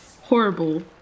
horrible